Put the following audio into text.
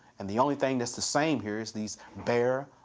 and the only thing that's the same here is these bare,